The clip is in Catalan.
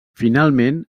finalment